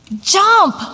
Jump